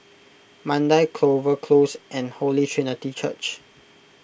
Mandai Clover Close and Holy Trinity Church